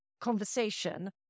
conversation